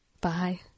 bye